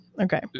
Okay